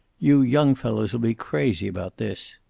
you young fellows'll be crazy about this.